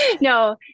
No